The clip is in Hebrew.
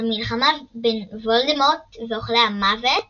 המלחמה בין וולדמורט ואוכלי המוות